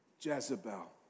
Jezebel